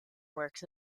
works